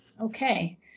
Okay